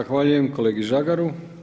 Zahvaljujem kolegi Žagaru.